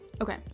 Okay